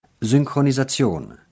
Synchronisation